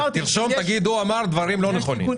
תרשום ואחר כך תגיד שהוא אמר דברים לא נכונים.